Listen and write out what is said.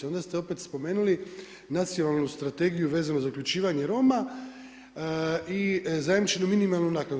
Onda ste opet spomenuli nacionalnu strategiju vezano za uključivanje Roma, i zajamčenu minimalnu naknadu.